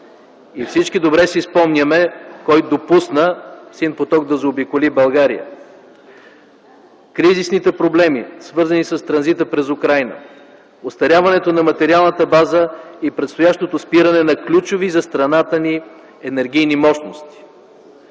– всички добре си спомняме кой допусна „Син поток” да заобиколи България, кризисните проблеми, свързани с транзита през Украйна, остаряването на материалната база и предстоящото спиране на ключови за страната ни енергийни мощности.